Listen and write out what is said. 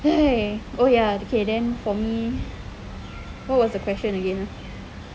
!hey! oh ya okay then for me what was the question again ah